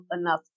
enough